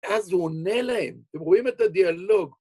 אז הוא עונה להם, אתם רואים את הדיאלוג.